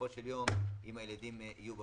בסופו של יום אם הילדים יהיו בבית.